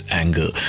anger